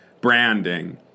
Branding